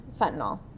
fentanyl